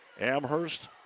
Amherst